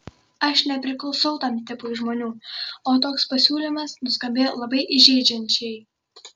aš nepriklausau tam tipui žmonių o toks pasiūlymas nuskambėjo labai įžeidžiančiai